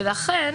ולכן,